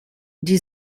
die